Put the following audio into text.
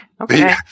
Okay